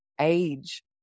age